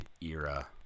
era